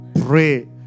Pray